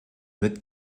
mid